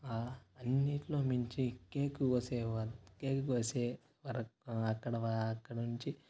అన్నిట్లో మించి కేకు కోసేవారు కేకు కోసే వరకు అక్కడ అక్కడ ఉంచి